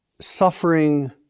suffering